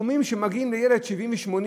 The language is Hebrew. סכומים שמגיעים ל-70, 80